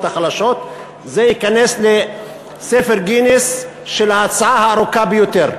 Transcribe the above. החלשות"; זה ייכנס לספר גינס כהצעה הארוכה ביותר.